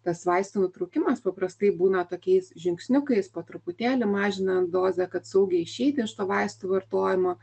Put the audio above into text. tas vaistų nutraukimas paprastai būna tokiais žingsniukais po truputėlį mažinant dozę kad saugiai išeiti iš to vaistų vartojimo